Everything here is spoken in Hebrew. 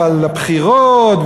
ועל בחירות,